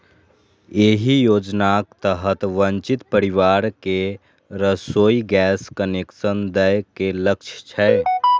एहि योजनाक तहत वंचित परिवार कें रसोइ गैस कनेक्शन दए के लक्ष्य छै